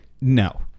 No